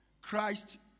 Christ